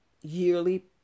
yearly